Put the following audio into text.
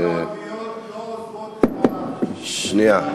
הנשים הערביות לא הולכות לעבודה לא כי, שנייה.